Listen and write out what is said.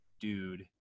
dude